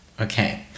Okay